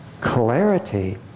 clarity